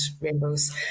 rainbows